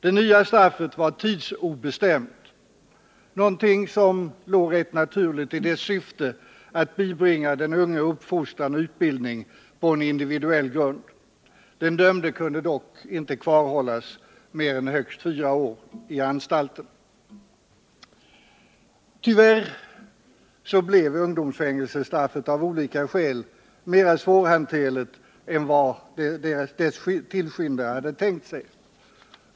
Det nya straffet var tidsobestämt — något som låg naturligt i dess syfte att bibringa den unge uppfostran och utbildning på en individuell grund. Den dömde kunde dock inte kvarhållas mer än högst fyra år i anstalten. Tyvärr blev ungdomsfängelsestraffet av olika skäl mera svårhanterligt än vad dess tillskyndare hade tänkt sig.